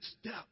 step